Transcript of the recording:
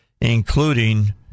including